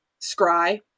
scry